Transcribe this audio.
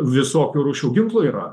visokių rūšių ginklų yra